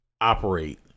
operate